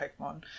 Pokemon